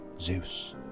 Zeus